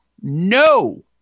No